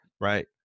Right